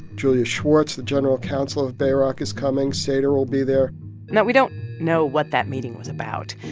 julius schwarz, the general counsel of bayrock, is coming. sater will be there now, we don't know what that meeting was about.